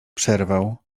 przerwał